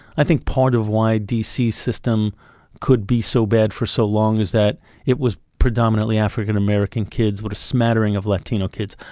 i think part of why dc's system could be so bad for so long is that it was predominantly african-american kids with a smattering of latino kids.